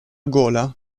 gola